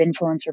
influencer